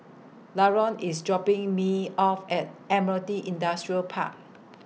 Laron IS dropping Me off At Admiralty Industrial Park